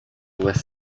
with